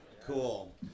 Cool